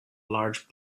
large